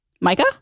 Micah